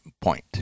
point